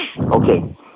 Okay